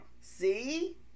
See